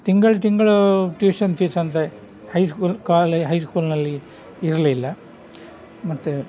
ತಿಂಗಳು ತಿಂಗಳು tuition fees ಅಂತ ಹೈ ಸ್ಕೂಲ್ ಕ್ವಾಲೆ ಹೈಸ್ಕೂಲ್ನಲ್ಲಿ ಇರಲಿಲ್ಲ ಮತ್ತೆ